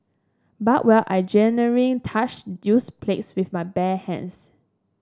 but while I gingering touched used plates with my bare hands